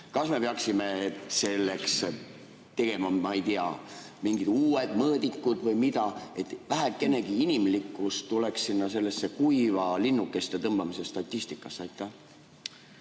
Kas me peaksime selleks tegema, ma ei tea, mingid uued mõõdikud või mida, et vähekenegi inimlikkust tuleks sinna sellesse kuiva linnukeste tõmbamise statistikasse?